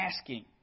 asking